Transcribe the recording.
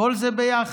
כל זה ביחד.